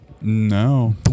No